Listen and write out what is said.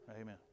Amen